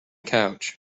couch